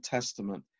Testament